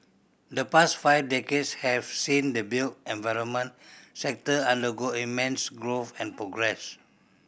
the past five decades have seen the built environment sector undergo immense growth and progress